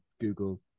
Google